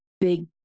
big